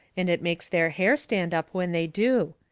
and it makes their hair stand up when they do.